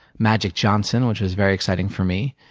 magic johnson which was very exciting for me.